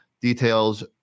details